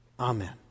Amen